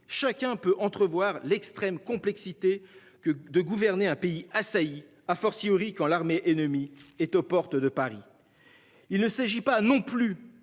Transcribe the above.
chacun peut entrevoir l'extrême complexité que de gouverner un pays assailli, a fortiori quand l'armée ennemie est aux portes de Paris. Il ne s'agit pas non plus